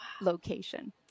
location